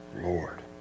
Lord